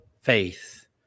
faith